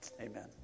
Amen